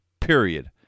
period